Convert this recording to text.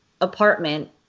apartment